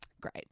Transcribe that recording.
Great